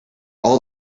all